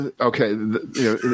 Okay